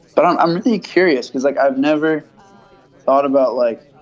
but i'm i'm really curious because like, i've never thought about like